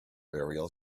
burial